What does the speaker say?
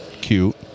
Cute